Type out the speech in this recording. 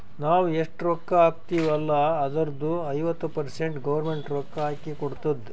ನಾವ್ ಎಷ್ಟ ರೊಕ್ಕಾ ಹಾಕ್ತಿವ್ ಅಲ್ಲ ಅದುರ್ದು ಐವತ್ತ ಪರ್ಸೆಂಟ್ ಗೌರ್ಮೆಂಟ್ ರೊಕ್ಕಾ ಹಾಕಿ ಕೊಡ್ತುದ್